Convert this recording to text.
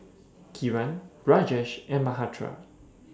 Kiran Rajesh and Mahatma